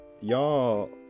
y'all